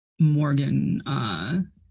Morgan